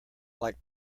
like